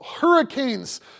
Hurricanes